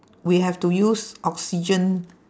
we have to use oxygen